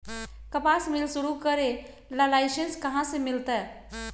कपास मिल शुरू करे ला लाइसेन्स कहाँ से मिल तय